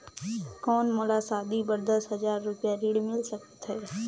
कौन मोला शादी बर दस हजार रुपिया ऋण मिल सकत है?